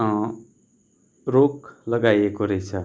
रोक लगाइएको रहेछ